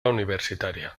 universitaria